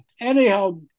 Anyhow